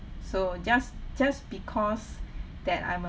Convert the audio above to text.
so just just because that I'm a